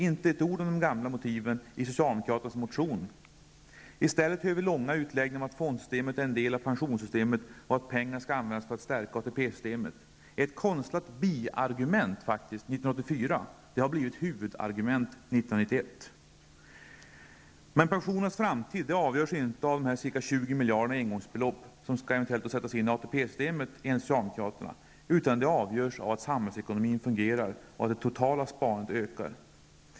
Inte ett ord sägs om de gamla motiven i socialdemokraternas motion. Vad vi får höra är långa utläggningar om att fondsystemet är en del av pensionssystemet och att pengarna skall användas för att stärka ATP-systemet. Ett konstlat biargument 1984 har blivit ett huvudargument 1991. Pensionernas framtid avgörs inte av de ca 20 miljarder i engångsbelopp som eventuellt skall sättas in i ATP-systemet enligt socialdemokraterna, utan den avgörs av att samhällsekonomin fungerar och att det totala sparandet ökar.